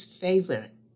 favorite